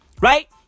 Right